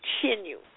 continue